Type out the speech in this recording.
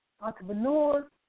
entrepreneurs